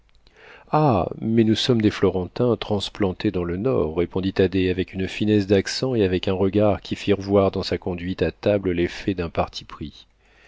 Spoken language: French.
mais nous sommes des florentins transplantés dans le nord répondit thaddée avec une finesse d'accent et avec un regard qui firent voir dans sa conduite à table l'effet d'un parti pris